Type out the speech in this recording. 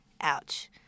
Ouch